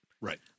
Right